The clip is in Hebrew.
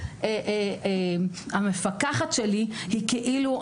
זה נטו?